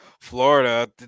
Florida